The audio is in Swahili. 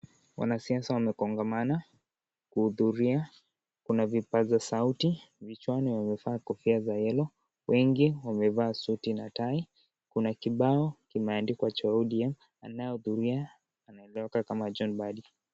Wanasiasa wamekongamana kuhudhuria. Kuna vipasa sauti, vichwani wamevaa kofia za [yellow]. Wengi wamevaa suti na tai. Kuna kibao kimeandikwa cha ODM, anayehudhuria anaeleweka kama John Badi.